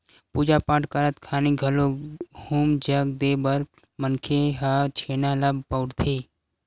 पूजा पाठ करत खानी घलोक हूम जग देय बर मनखे मन ह छेना ल बउरथे